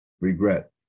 regret